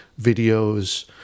videos